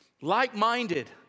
like-minded